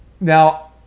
Now